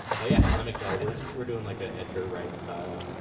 but yeah, i'm excited. we're we're doin' like a edgar wright style